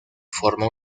forma